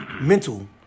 mental